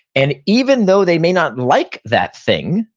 and even though they may not like that thing,